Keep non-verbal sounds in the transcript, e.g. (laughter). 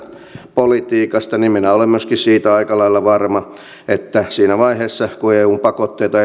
politiikasta niin minä olen myöskin siitä aika lailla varma että siinä vaiheessa kun eun pakotteita (unintelligible)